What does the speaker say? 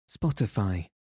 Spotify